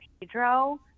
Pedro